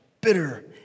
bitter